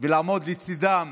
ולעמוד לצידם